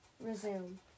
resume